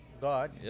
God